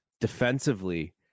defensively